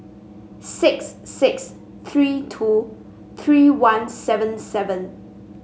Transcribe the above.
six six three two three one seven seven